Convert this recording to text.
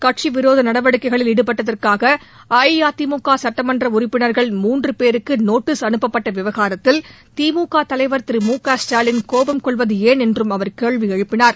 கட்சி விரோத நடவடிக்கைகளில் ஈடுபட்டதற்காக அஇஅதிமுக சட்டமன்ற உறுப்பினர்கள் மூன்று பேருக்கு நோட்டீஸ் அனுப்பப்பட்ட விவகாரத்தில் திமுக தலைவர் திரு மு க ஸ்டாலின் கோபம் கொள்வது ஏன் என்றும் அவர் கேள்வி எழுப்பினார்